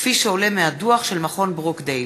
כפי שעולה מהדוח של מכון ברוקדייל.